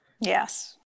yes